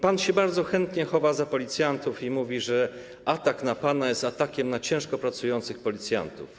Pan się bardzo chętnie chowa za policjantów i mówi, że atak na pana jest atakiem na ciężko pracujących policjantów.